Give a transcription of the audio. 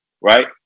Right